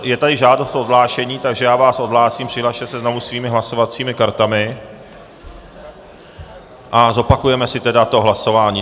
Je tady žádost o odhlášení, takže já vás odhlásím, přihlaste se znovu svými hlasovacími kartami a zopakujeme si hlasování.